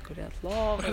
kurią lovoj